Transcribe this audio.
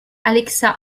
alexa